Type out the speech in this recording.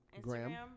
Instagram